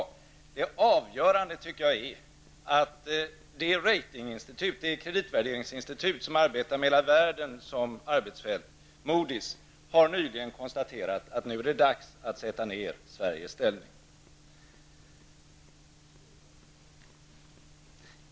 Men det avgörande tycker jag är att det kreditinstitut som har hela världen som arbetsfält, Moodys, nyligen har konstaterat att det nu är dags att sätta ned Sveriges ställning.